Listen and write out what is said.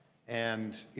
and you